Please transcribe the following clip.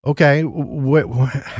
Okay